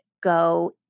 go